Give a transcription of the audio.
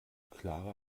clara